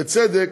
בצדק,